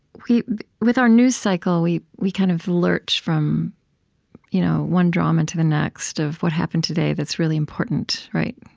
with our news cycle, we we kind of lurch from you know one drama to the next of what happened today that's really important, right?